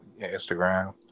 Instagram